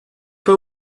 pas